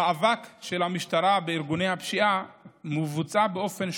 המאבק של המשטרה בארגוני הפשיעה מבוצע באופן שוטף,